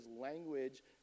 language